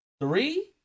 Three